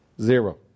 Zero